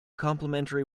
complimentary